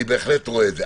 אני בהחלט רואה את זה.